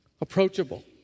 approachable